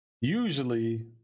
Usually